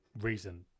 reason